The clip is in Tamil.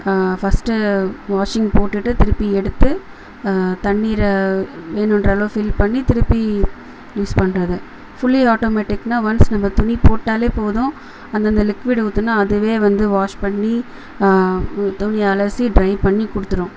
ஃபர்ஸ்ட்டு வாஷிங் போட்டுட்டு திரும்பி எடுத்து தண்ணீரை வேணும்ற அளவு ஃபில் பண்ணி திரும்பி யூஸ் பண்ணுறது ஃபுல்லி ஆட்டோமேட்டிக்னால் ஒன்ஸ் நம்ம துணி போட்டாலே போதும் அந்தந்த லிக்விட் ஊற்றினா அதுவே வந்து வாஷ் பண்ணி து துணியை அலசி ட்ரை பண்ணி கொடுத்துரும்